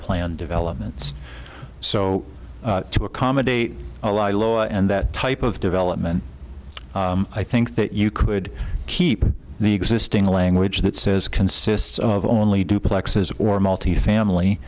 plan developments so to accommodate a lie low and that type of development i think that you could keep the existing language that says consists of only duplexes or multi family